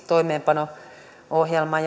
toimeenpano ohjelman